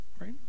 right